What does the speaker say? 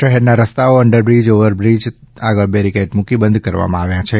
શહેરના રસ્તાઓ underbridge overbridge આગળ બેરીકેટ મુકી બંધ કરવામાં આવ્યા છે